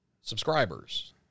subscribers